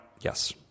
yes